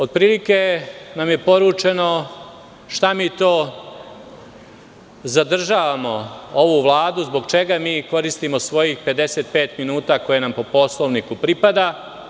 Otprilike nam je poručeno šta mi to zadržavamo ovu Vladu, zbog čega mi koristimo svojih 55 minuta koje nam po Poslovniku pripada.